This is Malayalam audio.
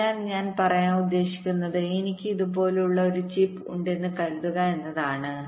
അതിനാൽ ഞാൻ പറയാൻ ഉദ്ദേശിക്കുന്നത് എനിക്ക് ഇതുപോലൊരു ചിപ്പ് ഉണ്ടെന്ന് കരുതുക എന്നതാണ്